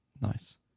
nice